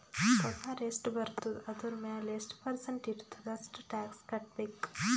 ಪಗಾರ್ ಎಷ್ಟ ಬರ್ತುದ ಅದುರ್ ಮ್ಯಾಲ ಎಷ್ಟ ಪರ್ಸೆಂಟ್ ಇರ್ತುದ್ ಅಷ್ಟ ಟ್ಯಾಕ್ಸ್ ಕಟ್ಬೇಕ್